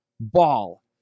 ball